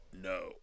No